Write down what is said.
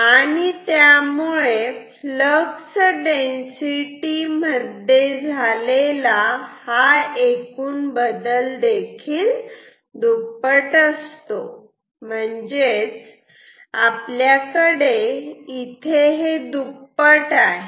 आणि त्यामुळे flux density मध्ये झालेला एकूण बदल हा दुप्पट असतो म्हणजेच आपल्याकडे इथे हे दुप्पट आहे